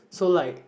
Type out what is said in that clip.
so like